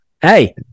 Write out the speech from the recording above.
hey